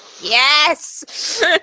yes